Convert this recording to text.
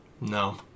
No